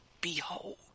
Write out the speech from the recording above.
Behold